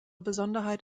besonderheit